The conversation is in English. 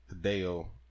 Dale